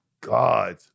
God